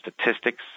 statistics